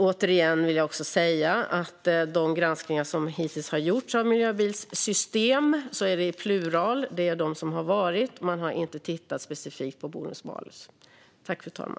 Återigen vill jag säga att i de granskningar som hittills har gjorts av miljöbilssystem, i plural, har man inte tittat specifikt på bonus-malus.